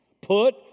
Put